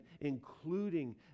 including